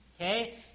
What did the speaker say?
Okay